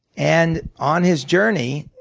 and on his journey,